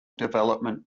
development